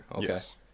Yes